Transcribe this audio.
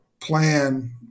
plan